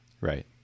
Right